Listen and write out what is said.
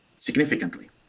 significantly